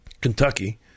Kentucky